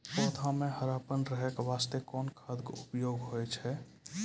पौधा म हरापन रहै के बास्ते कोन खाद के उपयोग होय छै?